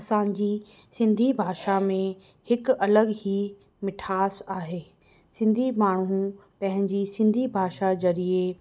असांजी सिंधी भाषा में हिकु अलॻि ई मिठास आहे सिंधी माण्हू पंहिंजी सिंधी भाषा ज़रिए